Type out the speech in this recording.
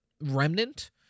remnant